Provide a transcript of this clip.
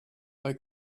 they